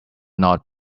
not